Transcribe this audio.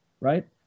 right